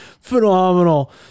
Phenomenal